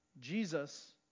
Jesus